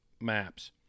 Maps